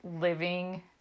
living